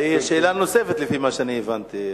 זו שאלה נוספת, לפי מה שהבנתי.